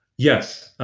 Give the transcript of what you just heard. yes.